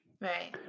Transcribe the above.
Right